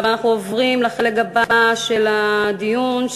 אנחנו עוברים לחלק הבא של הדיון,